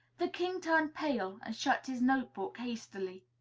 the king turned pale and shut his note-book hastily.